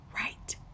right